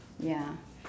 ya